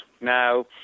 Now